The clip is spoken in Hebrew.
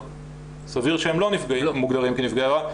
סביר שהם לא מוגדרים כנפגעי עבירה,